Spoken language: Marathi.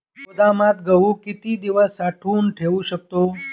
गोदामात गहू किती दिवस साठवून ठेवू शकतो?